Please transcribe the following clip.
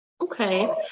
Okay